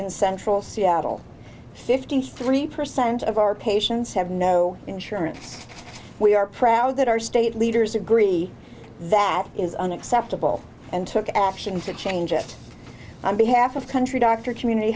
in central seattle fifty three percent of our patients have no insurance we are proud that our state leaders agree that is unacceptable and took action to change it i'm behalf of country doctor community